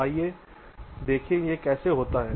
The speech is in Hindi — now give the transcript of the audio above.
आइए देखें कि यह कैसे होता है